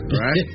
right